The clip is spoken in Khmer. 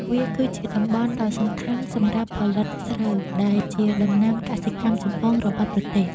វាគឺជាតំបន់ដ៏សំខាន់សម្រាប់ផលិតស្រូវ ដែលជាដំណាំកសិកម្មចម្បងរបស់ប្រទេស។